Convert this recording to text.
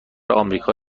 آمریکا